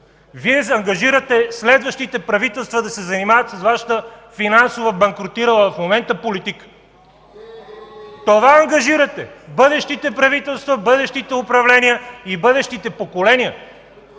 Вие заангажирате следващите правителства да се занимават с Вашата финансова, банкрутирала в момента политика. (Възгласи от ГЕРБ.) Това ангажирате! Бъдещите правителства, бъдещите управления и бъдещите поколения,